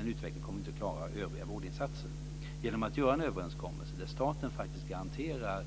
inte kommer att klara övriga vårdinsatser. Genom att göra en överenskommelse där staten faktiskt garanterar